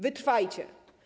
Wytrwajcie.